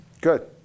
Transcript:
Good